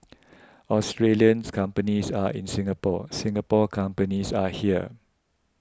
Australian companies are in Singapore Singapore companies are here